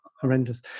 horrendous